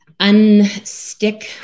unstick